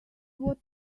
what